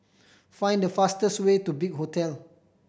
find the fastest way to Big Hotel